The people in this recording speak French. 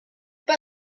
pas